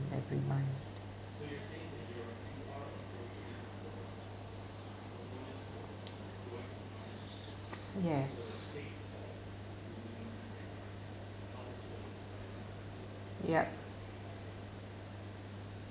every month yes yup